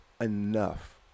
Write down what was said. enough